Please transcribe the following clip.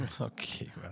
Okay